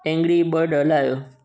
angry bird हलायो